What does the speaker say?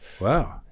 wow